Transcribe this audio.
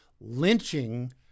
lynching